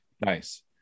Nice